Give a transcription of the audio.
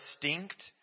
distinct